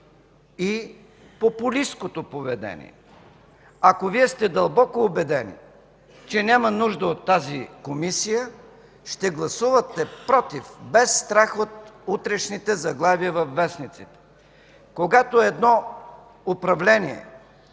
и популисткото поведение. Ако Вие сте дълбоко убедени, че няма нужда от тази Комисия, ще гласувате против, без страх от утрешните заглавия във вестниците. Когато едно управление